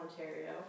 Ontario